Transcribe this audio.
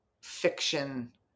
fiction